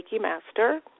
master